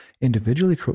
individually